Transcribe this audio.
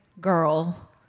girl